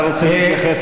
אתה רוצה להתייחס,